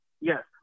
yes